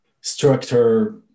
structure